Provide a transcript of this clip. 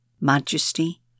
majesty